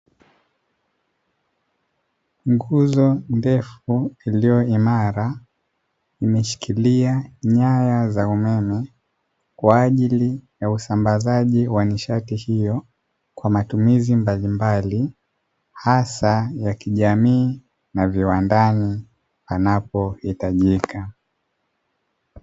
Nguzo ndefu iliyo imara imeshikilia nyaya za umeme kwaajili ya usambazaji wa nishati hiyo kwa matumizi mbalimbali, hasa za kijamii na viwandani panapo hitajika.